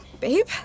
Babe